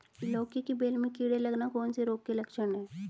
लौकी की बेल में कीड़े लगना कौन से रोग के लक्षण हैं?